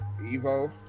Evo